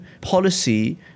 policy